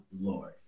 Lord